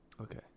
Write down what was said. okay